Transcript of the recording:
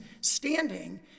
standing